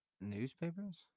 newspapers